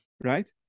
Right